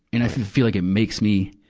and i feel like it makes me,